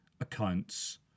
accounts